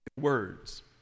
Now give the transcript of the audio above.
words